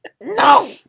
No